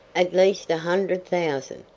at least a hundred thousand,